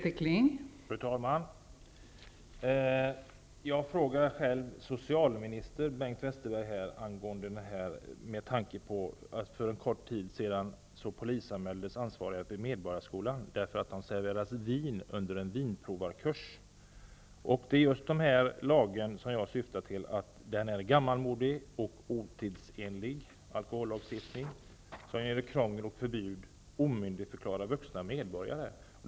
Fru talman! Jag frågar socialminister Bengt Westerberg angående detta med tanke på att ansvariga vid Medborgarskolan för en kort tid sedan polisanmäldes för att det serverats vin under en vinprovarkurs. Jag menar att alkohollagstiftningen är en gammalmodig och otidsenlig lagstiftning, som genom krångel och förbud omyndigförklarar vuxna medborgare.